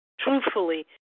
Truthfully